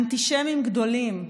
אנטישמים גדולים,